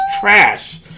trash